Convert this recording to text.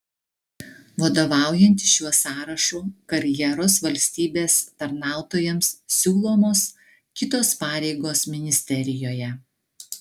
vadovaujantis šiuo sąrašu karjeros valstybės tarnautojams siūlomos kitos pareigos ministerijoje